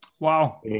Wow